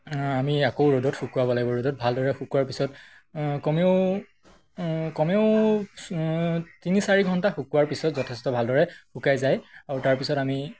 আমি আকৌ ৰ'দত শুকুৱাব লাগিব ৰ'দত ভালদৰে শুকুওৱাৰ পিছত কমেও কমেও তিনি চাৰি ঘণ্টা শুকুওৱাৰ পিছত যথেষ্ট ভালদৰে শুকাই যায় আৰু তাৰপিছত আমি